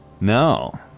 No